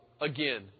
again